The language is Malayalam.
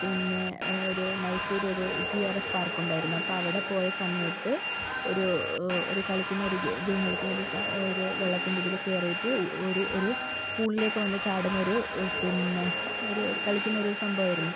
പിന്നേ ഒരു മൈസൂരൊരു ജിആർഎസ് പാർക്കുണ്ടായിരുന്നു അപ്പോൾ അവിടെ പോയസമയത്ത് ഒരു കളിക്കുന്ന ഒരു ഗെയിം കളിക്കുന്നൊരു സ ഒരു വെള്ളത്തിൻ്റെ ഇതിൽ കയറിയിട്ട് ഒരു ഒരു പൂളിലേക്ക് വന്ന് ചാടുന്നൊരു പിന്നേ ഒരു കളിക്കുന്നൊരു സംഭവമായിരുന്നു